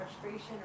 frustration